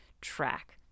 track